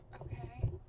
Okay